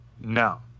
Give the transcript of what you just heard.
no